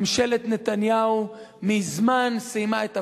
ממשלת נתניהו מזמן סיימה את תפקידה.